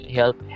help